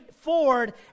Ford